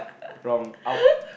wrong out